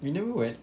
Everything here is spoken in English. you never went